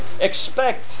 expect